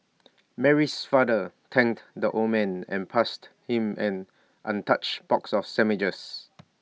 Mary's father thanked the old man and passed him an untouched box of sandwiches